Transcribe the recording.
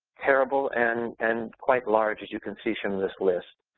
terrible and and quite large as you can see from this list.